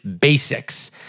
basics